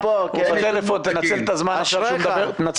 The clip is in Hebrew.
מיקי פה, תנצל את הזמן שהוא בטלפון.